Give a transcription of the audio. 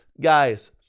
Guys